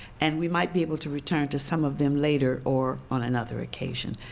and we might be able to return to some of them later or on another occasion.